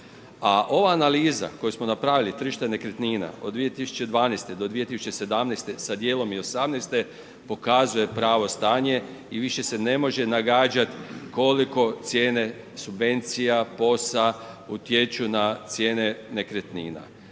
ova analiza koju smo napravili, tržište nekretnina od 2012.-2017. sa dijelom i 2018. pokazuje pravo stanje i više se ne može nagađati koliko cijene subvencija POS-a utječu na cijene nekretnina.